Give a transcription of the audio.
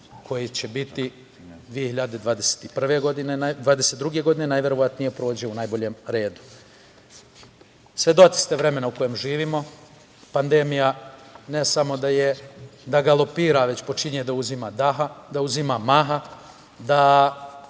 koji će biti 2022. godine, najverovatnije, prođe u najboljem redu. Svedoci ste vremena u kojem živimo. Pandemija ne samo da galopira, već počinje da uzima maha, da imamo zaista